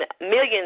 millions